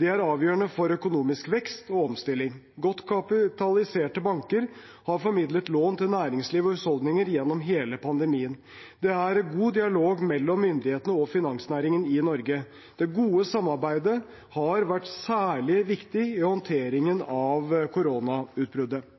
Det er avgjørende for økonomisk vekst og omstilling. Godt kapitaliserte banker har formidlet lån til næringsliv og husholdninger gjennom hele pandemien. Det er god dialog mellom myndighetene og finansnæringen i Norge. Det gode samarbeidet har vært særlig viktig i håndteringen av koronautbruddet.